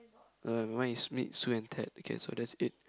no mine is meet Su and Ted okay so that's eight